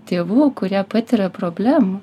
tėvų kurie patiria problemų